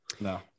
No